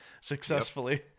successfully